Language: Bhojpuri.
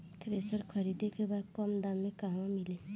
थ्रेसर खरीदे के बा कम दाम में कहवा मिली?